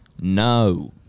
no